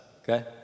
okay